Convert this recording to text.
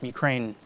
Ukraine